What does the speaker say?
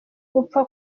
gupfa